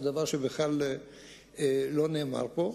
דבר שבכלל לא נאמר פה,